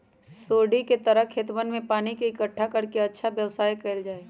सीढ़ी के तरह खेतवन में पानी के इकट्ठा कर के अच्छा व्यवस्था कइल जाहई